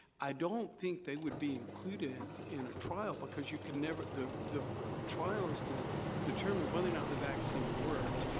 i don't think they would be included in a trial, because you can never. the the trial is to determine whether or not the vaccine worked,